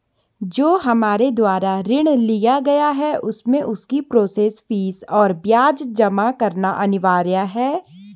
जो हमारे द्वारा ऋण लिया गया है उसमें उसकी प्रोसेस फीस और ब्याज जमा करना अनिवार्य है?